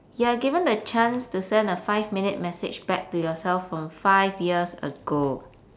you are given the chance to send a five minute message back to yourself from five years ago